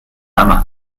yma